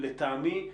לטעמי,